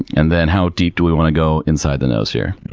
and then how deep do we want to go inside the nose here?